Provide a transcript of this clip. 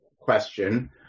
question